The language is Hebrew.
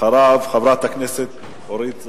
אחריו, חברת הכנסת אורית זוארץ.